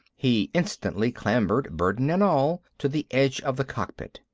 he instantly clambered, burden and all, to the edge of the cockpit.